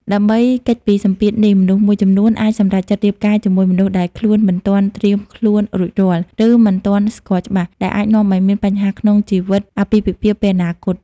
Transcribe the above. ដើម្បីគេចពីសម្ពាធនេះ មនុស្សមួយចំនួនអាចសម្រេចចិត្តរៀបការជាមួយមនុស្សដែលខ្លួនមិនទាន់ត្រៀមខ្លួនរួចរាល់ ឬមិនទាន់ស្គាល់ច្បាស់ ដែលអាចនាំឲ្យមានបញ្ហាក្នុងជីវិតអាពាហ៍ពិពាហ៍នាពេលអនាគត ។